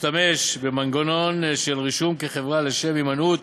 להשתמש במנגנון של רישום כחברה לשם הימנעות